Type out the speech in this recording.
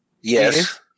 Yes